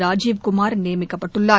ராஜீவ் குமார் நியமிக்கப்பட்டுள்ளார்